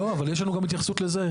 לא, אבל יש לנו גם התייחסות לזה.